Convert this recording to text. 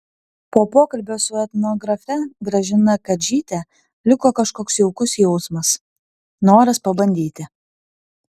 po pokalbio su etnografe gražina kadžyte liko kažkoks jaukus jausmas noras pabandyti